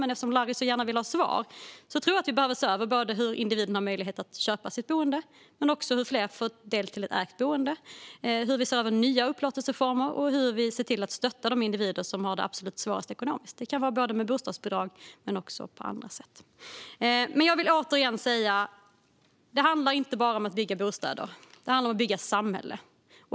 Men eftersom Larry så gärna vill ha svar kan jag säga att jag tror att vi behöver se över hur individen ska ha möjlighet att köpa sitt boende, hur fler kan få del i ett ägt boende, hur vi ser över nya upplåtelseformer och hur vi ser till att stötta de individer som har det absolut svårast ekonomiskt. Det kan vara både med bostadsbidrag och på andra sätt. Jag vill återigen säga att det inte bara handlar om att bygga bostäder. Det handlar om att bygga samhälle.